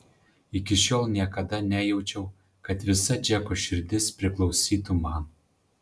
iki šiol niekada nejaučiau kad visa džeko širdis priklausytų man